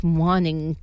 morning